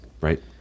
right